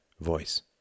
voice